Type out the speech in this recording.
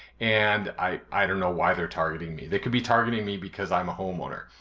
and i don't know why they're targeting me. they could be targeting me because i'm a homeowner.